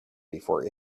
before